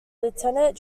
lieutenant